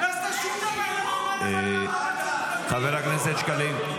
היא לא עשתה שום דבר למען --- חבר הכנסת שקלים,